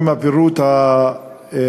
עם הפירוט המתאים